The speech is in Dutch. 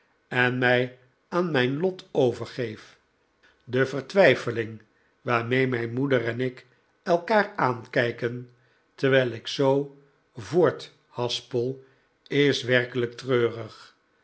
en mij aan mijn lot overgeef de vertwijfeling waarmee mijn moeder en ik elkaar aankijken terwijl ik zoo voorthaspel is werkelijk treurig